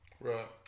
Right